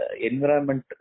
environment